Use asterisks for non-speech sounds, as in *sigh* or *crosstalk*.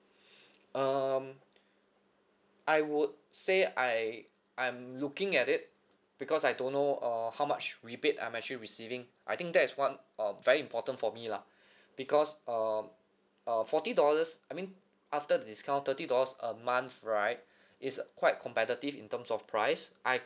*breath* um I would say I I'm looking at it because I don't know uh how much rebate I'm actually receiving I think that is one uh very important for me lah *breath* because um uh forty dollars I mean after discount thirty dollars a month right *breath* is a quite competitive in terms of price I